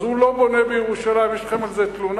אז הוא לא בונה בירושלים, יש לכם תלונה על זה?